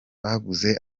baguze